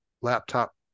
laptop